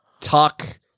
talk